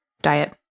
diet